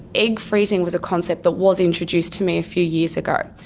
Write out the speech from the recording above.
egg freezing was a concept that was introduced to me a few years ago.